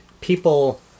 people